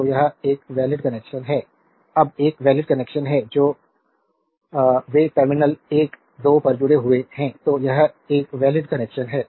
तो यह एक वैलिड कनेक्शन है यह एक वैलिड कनेक्शन है जो वे टर्मिनल 1 2 पर जुड़े हुए हैं तो यह एक वैलिड कनेक्शन है